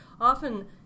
often